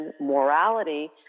morality